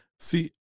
See